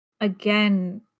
again